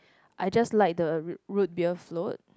I just like the root beer float